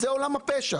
זהו עולם הפשע.